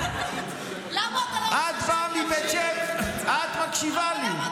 את באה מבית שמש, את מקשיבה לי.